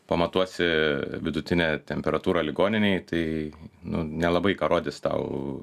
pamatuosi vidutinę temperatūrą ligoninėj tai nu nelabai ką rodys tau